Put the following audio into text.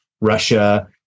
Russia